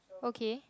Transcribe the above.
okay